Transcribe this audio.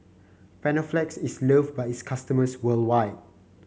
panaflex is loved by its customers worldwide